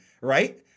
Right